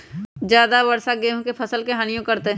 ज्यादा वर्षा गेंहू के फसल के हानियों करतै?